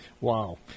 Wow